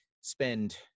spend